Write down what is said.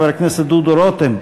חבר הכנסת דודו רותם,